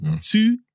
Two